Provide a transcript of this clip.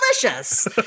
delicious